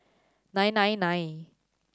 nine nine nine